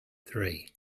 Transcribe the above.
three